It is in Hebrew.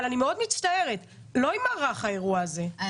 אבל אני מאוד מצטערת, האירוע הזה לא יימרח.